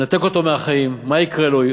ננתק אותו מהחיים, מה יקרה לו?